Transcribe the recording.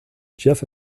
jeff